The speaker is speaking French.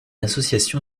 association